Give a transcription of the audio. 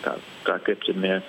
tą ta kryptimi